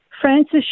Francis